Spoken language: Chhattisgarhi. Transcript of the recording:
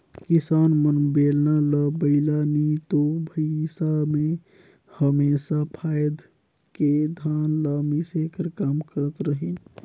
किसान मन बेलना ल बइला नी तो भइसा मे हमेसा फाएद के धान ल मिसे कर काम करत रहिन